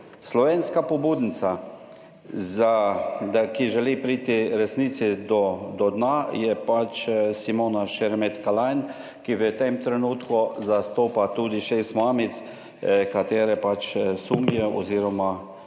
Slovenska pobudnica, ki želi priti resnici do dna, je Simona Šeremet Kalanj, ki v tem trenutku zastopa tudi šest mamic, ki sumijo oziroma